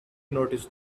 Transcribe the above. noticed